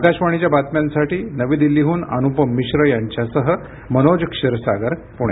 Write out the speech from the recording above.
आकाशवाणीच्या बातम्यांसाठी नवी दिल्लीहून अनुपम मिश्र यांच्यासह मनोज क्षीरसागर पुणे